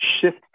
shift